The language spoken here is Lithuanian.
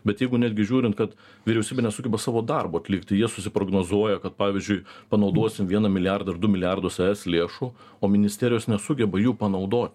bet jeigu netgi žiūrint kad vyriausybė nesugeba savo darbo atlikti jie susiprognozuoja kad pavyzdžiui panaudosim vieną milijardą ar du milijardus es lėšų o ministerijos nesugeba jų panaudot